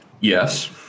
Yes